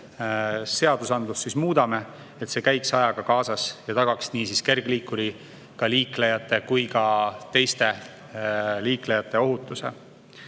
seadusandlust muudame, et see käiks ajaga kaasas ja tagaks nii kergliikuriga liiklejate kui ka teiste liiklejate ohutuse.